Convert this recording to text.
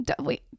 Wait